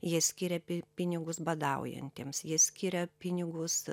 jie skiria pi pinigus badaujantiems ji skiria pinigus